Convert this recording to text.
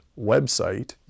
website